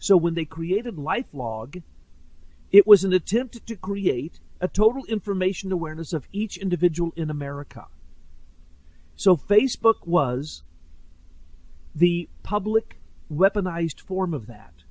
so when they created life log it was an attempt to create a total information awareness of each individual in america so facebook was the public weaponized form of that